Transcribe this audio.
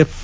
F